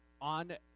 on